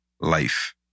life